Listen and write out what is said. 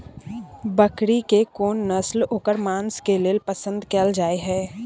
बकरी के कोन नस्ल ओकर मांस के लेल पसंद कैल जाय हय?